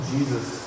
Jesus